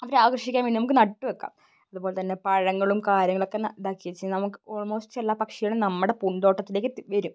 അവർ ആകർഷിക്കാൻ വേണ്ടി നമുക്ക് നട്ടു വയ്ക്കാം അതുപോലെ തന്നെ പഴങ്ങളും കാര്യങ്ങളൊക്കെ വച്ചു നമുക്ക് ഓൾമോസ്റ്റ് എല്ലാ പക്ഷികളും നമ്മുടെ പൂന്തോട്ടത്തിലേക്ക് എത്തി വരും